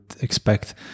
expect